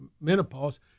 menopause